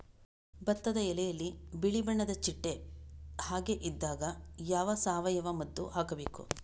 ಭತ್ತದ ಎಲೆಯಲ್ಲಿ ಬಿಳಿ ಬಣ್ಣದ ಚಿಟ್ಟೆ ಹಾಗೆ ಇದ್ದಾಗ ಯಾವ ಸಾವಯವ ಮದ್ದು ಹಾಕಬೇಕು?